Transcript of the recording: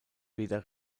weder